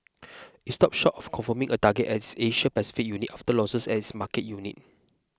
it stopped short of confirming a target its Asia Pacific unit after losses as markets unit